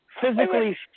physically